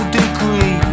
degree